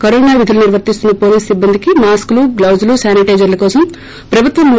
corona విధులు నిర్వర్తిస్తున్న police సిబ్బందికి మాస్కులుగ్లాజులుశానిటైజర్ల కోసం ప్రభుత్వం రూ